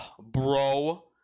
bro